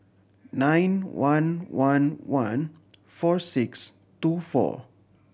nine one one one four six two four